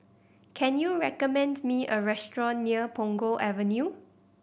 can you recommend me a restaurant near Punggol Avenue